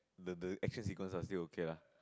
the the action sequence is still okay ah